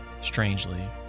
Strangely